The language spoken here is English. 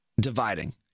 dividing